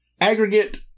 aggregate